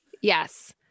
yes